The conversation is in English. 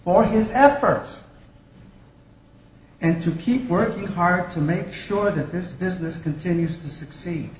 for his efforts and to keep working hard to make sure that this business continues to succeed